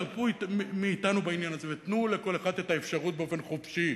תרפו מאתנו בעניין הזה ותנו לכל אחד את האפשרות באופן חופשי.